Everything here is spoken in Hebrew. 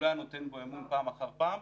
הוא לא היה נותן בו אמון פעם אחר פעם,